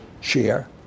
share